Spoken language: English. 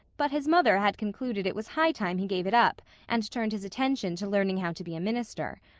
but his mother had concluded it was high time he gave it up and turned his attention to learning how to be a minister.